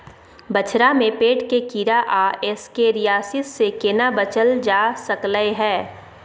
बछरा में पेट के कीरा आ एस्केरियासिस से केना बच ल जा सकलय है?